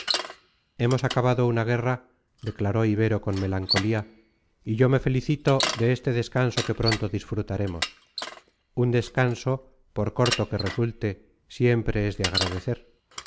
hemos acabado una guerra declaró ibero con melancolía y yo me felicito de este descanso que pronto disfrutaremos un descanso por corto que resulte siempre es de agradecer